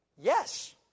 Yes